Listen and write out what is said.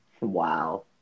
Wow